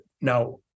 now